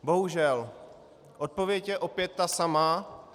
Bohužel, odpověď je opět ta samá.